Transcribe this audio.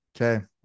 okay